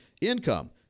income